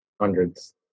Hundreds